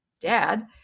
dad